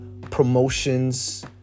promotions